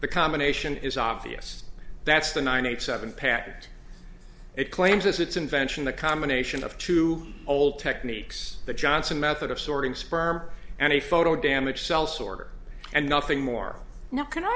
the combination is obvious that's the nine hundred seven packed it claims as its invention the combination of two old techniques the johnson method of sorting sperm and a photo damage cells order and nothing more now can i